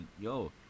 yo